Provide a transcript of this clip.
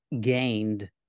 gained